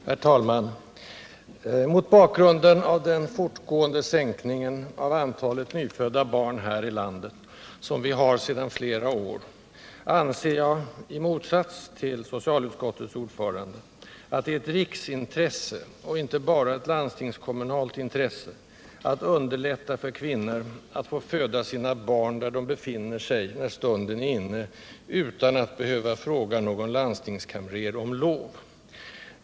Herr talman! Mot bakgrund av den sedan flera år fortgående minskningen av antalet nyfödda barn här i landet anser jag — i motsats till socialutskottets ordförande — att det är ett riksintresse, och inte bara ett landstingskommunalt intresse, att underlätta för kvinnor att föda sina barn där de befinner sig när stunden är inne utan att behöva fråga någon landstingskamrer om lov.